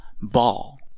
ball